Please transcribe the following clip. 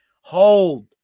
Hold